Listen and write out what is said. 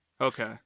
Okay